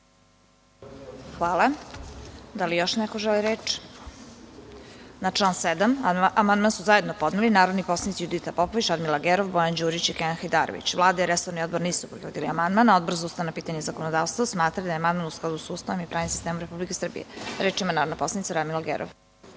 Hvala. Da li još neko želi reč? (Ne)Na član 7. amandman su zajedno podneli narodni poslanici Judita Popović, Radmila Gerov, Bojan Đurić i Kenan Hajdarević. Vlada i resorni odbor nisu prihvatili amandman. Odbor za ustavna pitanja i zakonodavstvo smatra da je amandman u skladu sa Ustavom i pravnim sistemom Republike Srbije. Reč ima narodna poslanica Radmila Gerov.